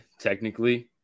technically